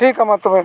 ᱴᱷᱤᱠᱟ ᱢᱟᱛᱚᱵᱮ